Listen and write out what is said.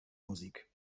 musik